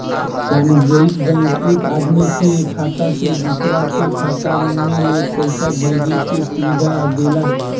वाणिज्यिक बैंक एक आदमी के खाता से दूसरा के खाता में पईसा भेजे के सुविधा देला